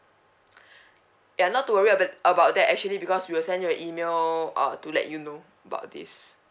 ya not to worry about about that actually because we'll send your email uh to let you know about this